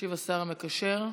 ישיב השר המקשר.